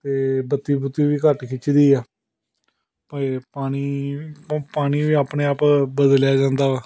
ਅਤੇ ਬੱਤੀ ਬੁੱਤੀ ਵੀ ਘੱਟ ਖਿੱਚਦੀ ਆ ਪਾਣੀ ਪਾਣੀ ਵੀ ਆਪਣੇ ਆਪ ਬਦਲਿਆ ਜਾਂਦਾ ਵਾ